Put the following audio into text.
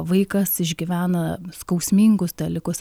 vaikas išgyvena skausmingus dalykus